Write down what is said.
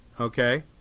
okay